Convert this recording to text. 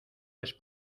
les